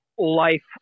life